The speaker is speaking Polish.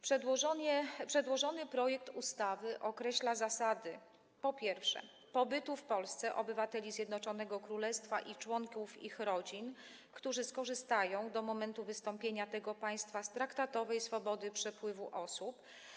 Przedłożony projekt ustawy określa zasady, po pierwsze, pobytu w Polsce obywateli Zjednoczonego Królestwa i członków ich rodzin, którzy skorzystają do momentu wystąpienia tego państwa z traktatowej swobody przepływu osób.